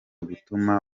gutuma